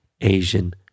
asian